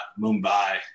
mumbai